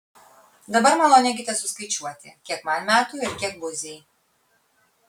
dabar malonėkite suskaičiuoti kiek man metų ir kiek buziai